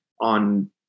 on